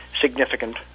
significant